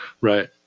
Right